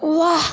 वाह